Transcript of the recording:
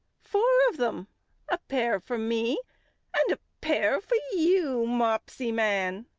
four of them a pair for me and a pair for you, mopsyman.